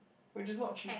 which is not cheap